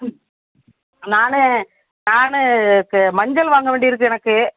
நான் நான் க்கு மஞ்சள் வாங்க வேண்டியது இருக்குது எனக்கு